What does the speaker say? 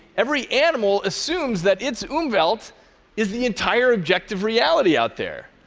every animal assumes that its umwelt is the entire objective reality out there,